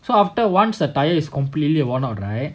so after once the tyre is completely worn out right